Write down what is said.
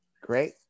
Great